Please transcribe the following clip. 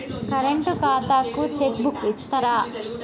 Current ఖాతాకు cheque book ఇత్తరా?